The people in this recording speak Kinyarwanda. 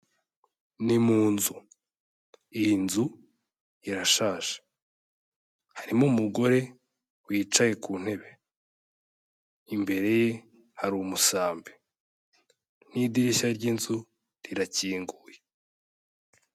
Ni mu nzu. Iyi nzu irashaje harimo umugore wicaye ku ntebe. Imbere ye hari umusambi n'idirishya ry'inzu rirakinguye.